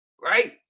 Right